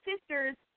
sisters